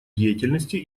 деятельности